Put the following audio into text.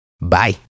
Bye